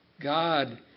God